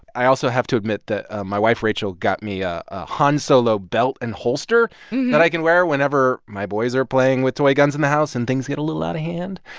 i also have to admit that my wife rachel got me a han solo belt and holster that i can wear whenever my boys are playing with toy guns in the house and things get a little out of hand,